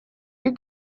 you